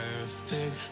perfect